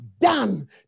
done